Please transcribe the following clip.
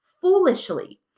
foolishly